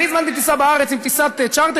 אם אני הזמנתי טיסה בארץ עם טיסת צ'רטר,